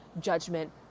judgment